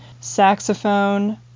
saxophone